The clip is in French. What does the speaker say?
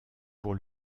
pour